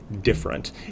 different